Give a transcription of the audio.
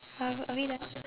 um are we done